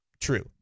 True